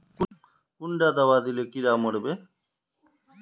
कुंडा दाबा दिले कीड़ा मोर बे?